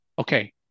okay